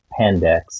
Pandex